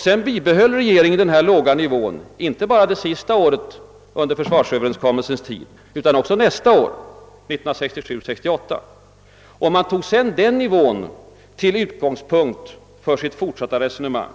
Sedan bibehöll regeringen denna låga nivå inte bara det sista året av försvarsöverenskommelsens tid, utan också nästa år, 1967/68. Man tog sedan den nivån till utgångspunkt för sitt fortsatta resonemang.